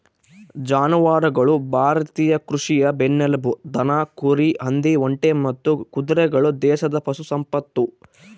ಜಾನುವಾರುಗಳು ಭಾರತೀಯ ಕೃಷಿಯ ಬೆನ್ನೆಲುಬು ದನ ಕುರಿ ಹಂದಿ ಒಂಟೆ ಮತ್ತು ಕುದುರೆಗಳು ದೇಶದ ಪಶು ಸಂಪತ್ತು